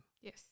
Yes